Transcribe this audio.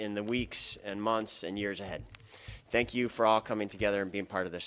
in the weeks and months and years ahead thank you for all coming together and being part of th